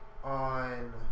On